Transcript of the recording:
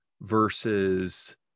versus